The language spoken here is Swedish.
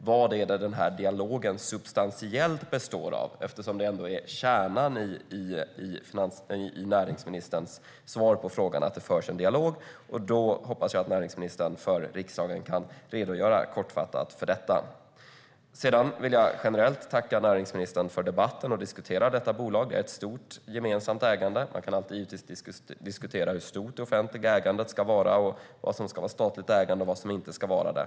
Vad består denna dialog substantiellt av, eftersom det ändå är kärnan i näringsministerns svar på frågan att det förs en dialog? Då hoppas jag att näringsministern kortfattat kan redogöra för riksdagen för detta. Jag vill generellt tacka näringsministern för debatten om detta bolag. Det finns ett stort gemensamt ägande. Man kan givetvis alltid diskutera hur stort det offentliga ägandet ska vara och vad som ska vara statligt ägande och vad som inte ska vara det.